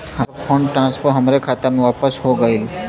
हमार fund transfer हमरे खाता मे वापस हो गईल